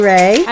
Ray